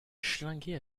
schlinguer